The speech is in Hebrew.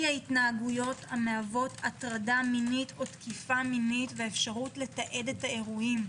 ההתנהגויות המהוות הטרדה מינית או תקיפה מינית והאפשרות לתעד את האירועים.